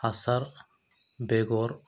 हासार बेगर